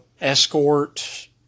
escort